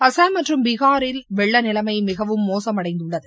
அசாம் மற்றும் பீகாரில் வெள்ள நிலைமை மிகவும் மோசமடைந்துள்ளது